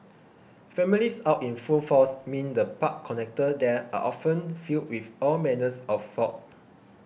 families out in full force mean the park connectors there are often filled with all manner of folk